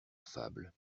affable